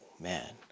man